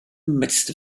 midst